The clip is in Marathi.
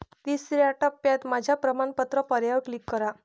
तिसर्या टप्प्यात माझ्या प्रमाणपत्र पर्यायावर क्लिक करा